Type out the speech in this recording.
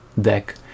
deck